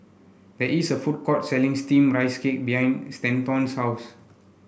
there is a food court selling steamed Rice Cake behind Stanton's house